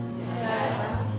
Yes